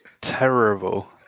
terrible